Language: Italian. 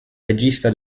regista